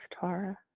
Tara